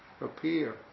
appear